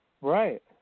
Right